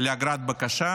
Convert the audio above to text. לאגרת בקשה